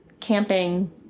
camping